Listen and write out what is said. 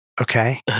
Okay